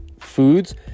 foods